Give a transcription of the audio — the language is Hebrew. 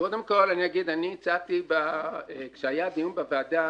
קודם כל, אני הצעתי כשהיה דיון בוועדה